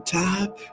top